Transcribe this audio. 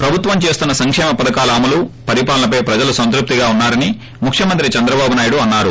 ప్రభుత్వం చేస్తున్న సంకేమ పధకాల అమలు పరిపాలనపై ప్రజలు సంతృప్తిగా ఉన్నారని ముఖ్యమంత్రి చంద్రబాబు నాయుడు అన్నారు